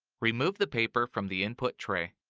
remove the paper from the input tray.